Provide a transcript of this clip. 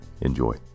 Enjoy